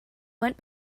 went